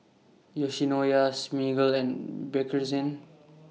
Yoshinoya Smiggle and Bakerzin